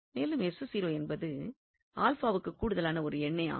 மேலும் என்பது க்கு கூடுதலான ஒரு எண்ணே ஆகும்